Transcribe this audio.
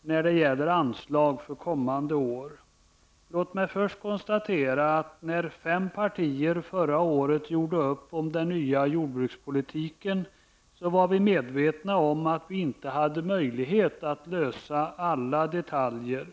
när det gäller anslag för kommande år. Låt mig först konstatera att när fem partier förra året gjorde upp om den nya jordbrukspolitiken var vi medvetna om att vi inte hade möjlighet att lösa alla detaljer.